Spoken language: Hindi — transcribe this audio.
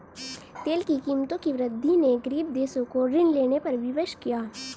तेल की कीमतों की वृद्धि ने गरीब देशों को ऋण लेने पर विवश किया